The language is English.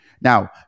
now